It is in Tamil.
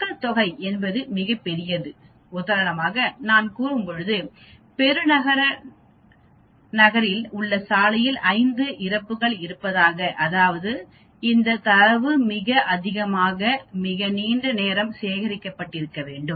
மக்கள்தொகை என்பது மிகப் பெரியது உதாரணமாக நான் கூறும்போது பெருநகர நகரில் உள்ள சாலையில் 5 இறப்புகள் இருப்பதாக அதாவது இந்த தரவு மிக அதிகமாக மிக நீண்ட நேரம் சேகரிக்கப்பட்டிருக்க வேண்டும்